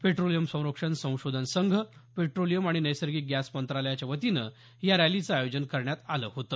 petroleum संरक्षण संशोधन संघ पेट्रोलियम आणि नैसर्गिक गॅस मंत्रालयाच्यावतीनं या रॅलीचं आयोजन करण्यात आलं होतं